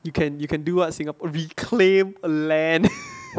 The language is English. you can you can do a singapore reclaim land